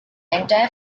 entire